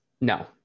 No